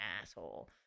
asshole